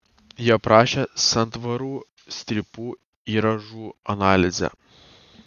ji aprašė santvarų strypų įrąžų analizę